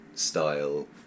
style